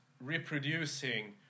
reproducing